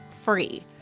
free